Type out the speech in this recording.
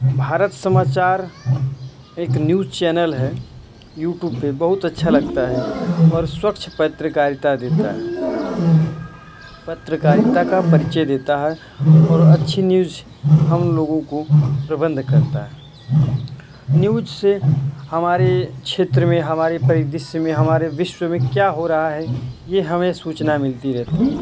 भारत समाचार एक news channel है YouTube पर बहुत अच्छा लगता है और स्वच्छ पत्रकारिता देता है पत्रकारिता का परिचय देता है और अच्छी न्यूज हम लोगों का प्रबंध करता है न्यूज से हमारे क्षेत्र में हमारे परिदृश्य में हमारे विश्व में क्या हो रहा है यह हमें सूचना मिलती रहती है